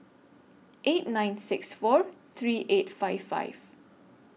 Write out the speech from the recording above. eight nine six four three eight five five